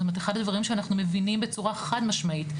זאת אומרת אחד הדברים שאנחנו מבינים בצורה חד משמעית,